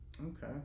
Okay